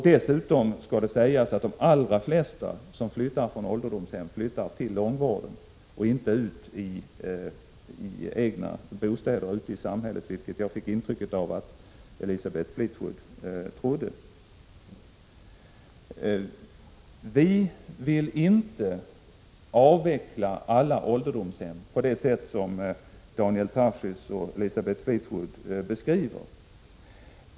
Dessutom skall det sägas att de allra flesta som flyttar från ålderdomshem flyttar till långvården och inte till egna bostäder ute i samhället, vilket jag fick ett intryck av att Elisabeth Fleetwood trodde. Vi vill inte avveckla alla ålderdomshem på det sätt som Daniel Tarschys och Elisabeth Fleetwood beskriver.